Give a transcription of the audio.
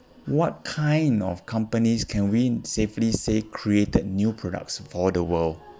what kind of companies can we safely say created new products for the world